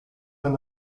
and